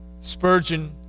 Spurgeon